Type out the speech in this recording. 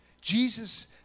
Jesus